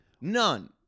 None